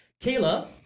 Kayla